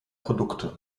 produkte